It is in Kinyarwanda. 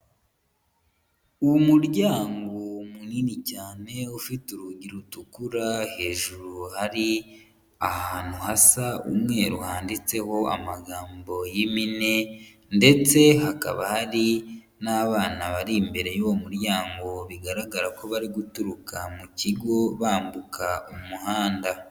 Umuryango munini cyane ufite urugi rutukura hejuru hari ahantu hasa umweru handitseho amagambo y'impine ndetse hakaba hari n'abana bari imbere y'uwo muryango bigaragara ko bari guturuka mu kigo bambuka umuhanda.